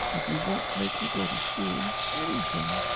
if you won't make me go to school! anything!